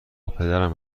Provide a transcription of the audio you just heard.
پدرم